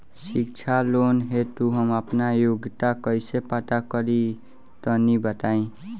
शिक्षा लोन हेतु हम आपन योग्यता कइसे पता करि तनि बताई?